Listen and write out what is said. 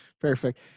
perfect